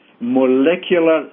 molecular